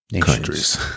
countries